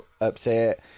upset